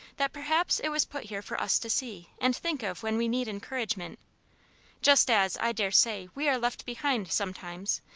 that perhaps it was put here for us to see and think of when we need encouragement just as, i dare say, we are left behind, sometimes,